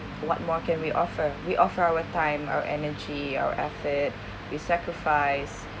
what more can we offer we offer our time our energy our effort we sacrifice